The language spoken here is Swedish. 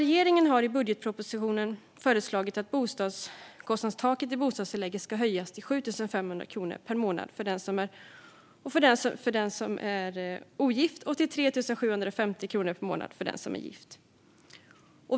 Regeringen har i budgetpropositionen föreslagit att bostadskostnadstaket i bostadstillägget höjs till 7 500 kronor per månad för den som är ogift och till 3 750 kronor per månad för den som är gift.